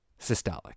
systolic